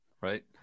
right